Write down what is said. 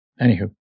Anywho